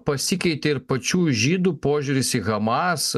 pasikeitė ir pačių žydų požiūris į hamas